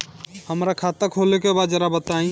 हमरा खाता खोले के बा जरा बताई